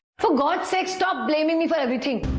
for god's sake, stop blaming me for everything.